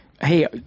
hey